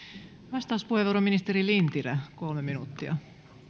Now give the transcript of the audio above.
vastauspuheenvuoro ministeri lintilä kolme minuuttia